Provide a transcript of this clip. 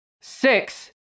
Six